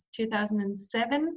2007